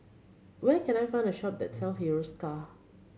where can I find a shop that Hiruscar